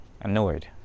annoyed